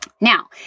Now